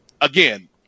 again